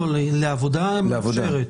לעבודה מותר.